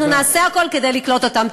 אנחנו נעשה הכול כדי לקלוט אותם.